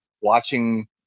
watching